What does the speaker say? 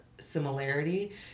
similarity